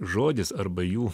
žodis arba jų